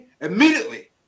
Immediately